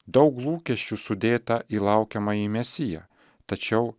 daug lūkesčių sudėta į laukiamąjį mesiją tačiau